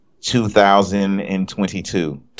2022